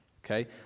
Okay